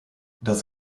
das